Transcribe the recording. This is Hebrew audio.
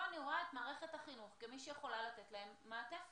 פה אני רואה את מערכת החינוך כמי שיכולה לתת להם מעטפת.